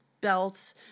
belt